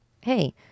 hey